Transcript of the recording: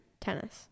tennis